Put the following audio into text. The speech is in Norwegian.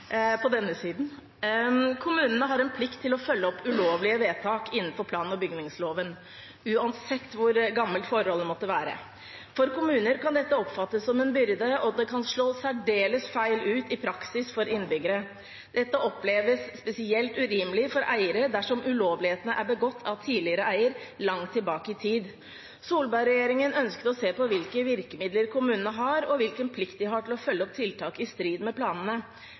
på denne siden. «Kommunen har en plikt til å følge opp ulovlige tiltak etter plan- og bygningsloven uansett hvor gammelt forholdet er. For kommuner kan dette oppfattes som en byrde, og det kan slå særdeles feil ut i praksis for innbyggerne. Dette oppleves spesielt urimelig for eiere av fast eiendom dersom ulovligheten er begått av tidligere eier, langt tilbake i tid. Solberg-regjeringen ønsket å se på hvilke virkemidler kommunene har og hvilken plikt de har til å følge opp tiltak i strid med